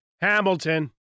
Hamilton